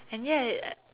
and ya it